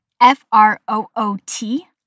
F-R-O-O-T